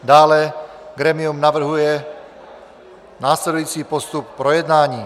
Dále grémium navrhuje následující postup projednání.